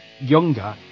younger